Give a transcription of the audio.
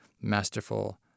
masterful